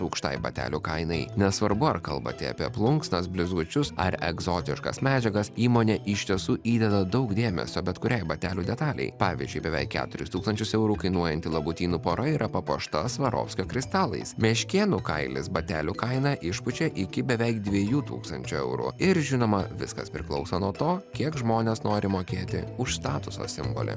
aukštai batelių kainai nesvarbu ar kalbate apie plunksnas blizgučius ar egzotiškas medžiagas įmonė iš tiesų įdeda daug dėmesio bet kuriai batelių detalei pavyzdžiui beveik keturis tūkstančius eurų kainuojanti labutynų pora yra papuošta svarovskio kristalais meškėnų kailis batelių kainą išpučia iki beveik dviejų tūkstančių eurų ir žinoma viskas priklauso nuo to kiek žmonės nori mokėti už statuso simbolį